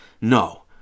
No